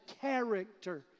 character